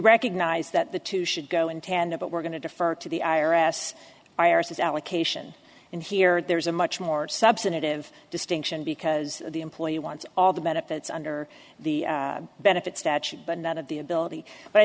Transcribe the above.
recognize that the two should go in tandem but we're going to defer to the i r s irises allocation and here there's a much more substantive distinction because the employer wants all the benefits under the benefit statute but not of the ability but i